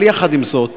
אבל יחד עם זאת,